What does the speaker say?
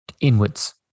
inwards